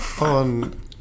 On